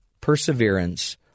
perseverance